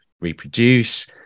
reproduce